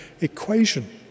equation